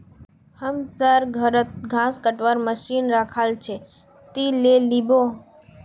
हमसर घरत घास कटवार मशीन रखाल छ, ती ले लिबो